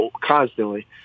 constantly